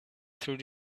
through